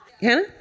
Hannah